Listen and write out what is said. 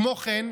כמו כן,